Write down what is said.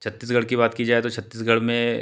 छत्तीसगढ़ की बात की जाए तो छत्तीसगढ़ में